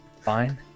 Fine